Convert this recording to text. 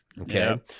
Okay